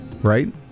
right